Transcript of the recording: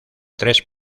tres